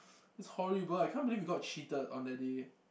it's horrible I can't believe we got cheated on that day